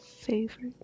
favorite